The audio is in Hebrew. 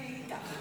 אני איתך.